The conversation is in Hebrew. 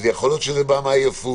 ויכול להיות שזה בא מעייפות,